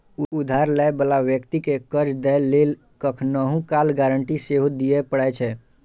उधार लै बला व्यक्ति कें कर्ज दै लेल कखनहुं काल गारंटी सेहो दियै पड़ै छै